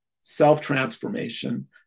self-transformation